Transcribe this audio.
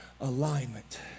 alignment